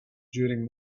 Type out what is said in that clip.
during